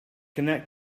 connect